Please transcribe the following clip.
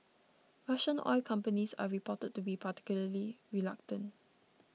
Russian oil companies are reported to be particularly reluctant